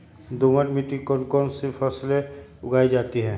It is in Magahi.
दोमट मिट्टी कौन कौन सी फसलें उगाई जाती है?